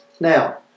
Now